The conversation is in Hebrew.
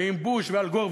ועם בוש ואל גור,